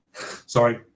sorry